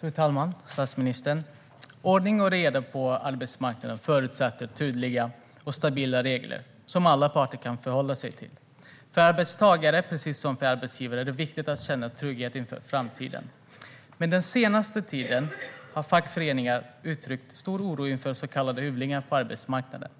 Fru talman och statsministern! Ordning och reda på arbetsmarknaden förutsätter tydliga och stabila regler, som alla parter kan förhålla sig till. Både för arbetstagare och för arbetsgivare är det viktigt att känna trygghet inför framtiden. Den senaste tiden har dock fackföreningar uttryckt stor oro inför så kallade hyvlingar på arbetsmarknaden.